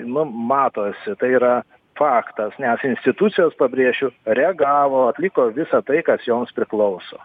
nu matosi tai yra faktas nes institucijos pabrėšiu reagavo atliko visa tai kas joms priklauso